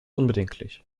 unbedenklich